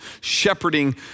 shepherding